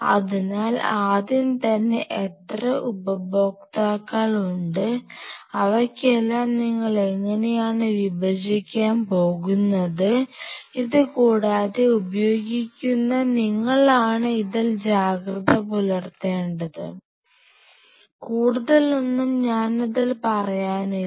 അതിനാൽ ആദ്യം തന്നെ എത്ര ഉപഭോക്താക്കൾ ഉണ്ട് അവയ്ക്കെല്ലാം നിങ്ങൾ എങ്ങനെയാണു വിഭജിക്കാൻ പോകുന്നത് ഇതുകൂടാതെ ഉപയോഗിക്കുന്ന നിങ്ങളാണ് ഇതിൽ ജാഗ്രത പുലർത്തേണ്ടത് കൂടുതൽ ഒന്നും ഞാനിതിൽ പറയാനില്ല